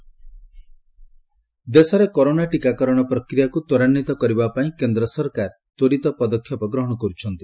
corona vaccine ଦେଶରେ corona ଟୀକାକରଣ ପ୍ରକ୍ରିୟାକୁ ତ୍ୱରାନ୍ୱିତ କରିବାପାଇଁ କେନ୍ଦ୍ର ସରକାର ତ୍ୱରିତ ପଦକ୍ଷେପ ଗ୍ରହଣ କରୁଛନ୍ତି